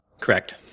Correct